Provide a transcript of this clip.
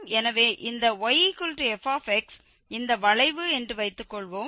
எனவே இந்த yf இந்த வளைவு என்று வைத்துக்கொள்வோம்